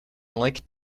lake